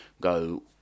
go